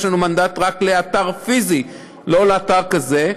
יש לנו מנדט רק לאתר פיזי, לא לאתר כזה.